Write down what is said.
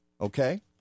Okay